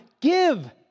give